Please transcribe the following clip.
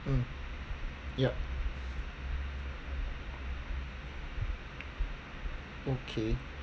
mm yup okay